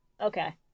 Okay